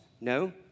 no